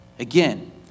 Again